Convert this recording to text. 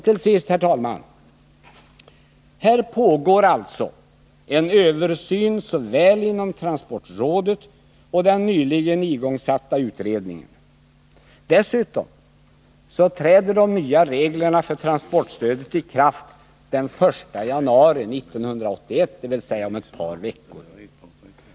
Till sist, herr talman, vill jag peka på att det alltså både pågår en översyn inom transportrådet och nyligen har igångsatts en utredning. Dessutom träder de nya reglerna för transportstödet i kraft den 1 januari 1981, dvs. om ett par veckor.